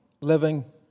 living